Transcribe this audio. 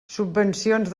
subvencions